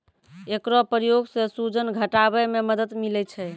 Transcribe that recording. एकरो प्रयोग सें सूजन घटावै म मदद मिलै छै